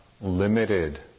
limited